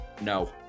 no